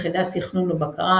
יחידת תכנון ובקרה,